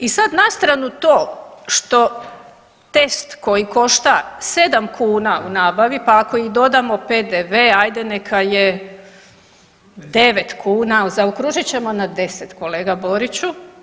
I sad na stranu to što test koji košta sedam kuna u nabavi, pa ako dodamo i PDV hajde neka je 9 kuna, zaokružit ćemo na 10 kolega Boriću.